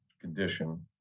condition